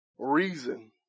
Reason